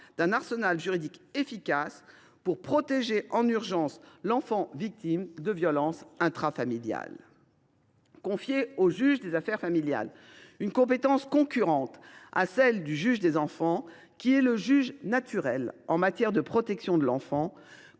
d’un arsenal juridique efficace pour protéger en urgence l’enfant victime de violences intrafamiliales. Ainsi, confier au juge aux affaires familiales une compétence concurrente à celle du juge des enfants, qui est le juge naturel en matière de protection de l’enfance,